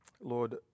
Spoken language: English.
Lord